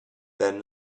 then